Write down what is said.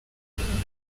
ubutabera